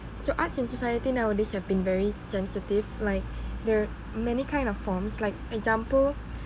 so arts and society nowadays have been very sensitive like there are many kind of forms like example